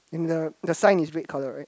and the the sign is red colour right